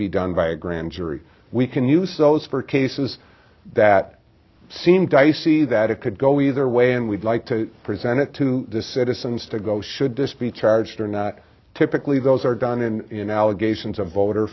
be done by a grand jury we can use those for cases that seem dicey that it could go either way and we'd like to present it to the citizens to go should this be charged or not typically those are done in allegations of voter